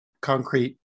concrete